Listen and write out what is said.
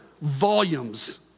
volumes